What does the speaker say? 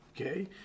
okay